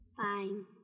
fine